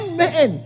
men